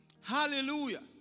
Hallelujah